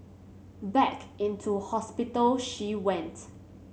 back into hospital she went